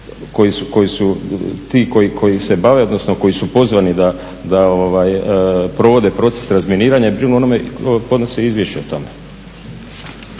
koji su ti koji se bave odnosno koji su pozvani da provode proces razminiranja i podnose izvješća o tome.